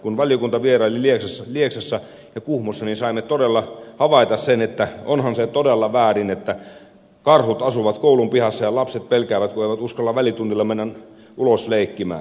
kun valiokunta vieraili lieksassa ja kuhmossa niin saimme todella havaita sen että onhan se todella väärin että karhut asuvat koulun pihassa ja lapset pelkäävät kun eivät uskalla välitunnilla mennä ulos leikkimään